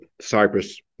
Cyprus